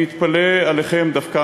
אני מתפלא עליכם דווקא,